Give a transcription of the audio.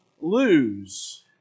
lose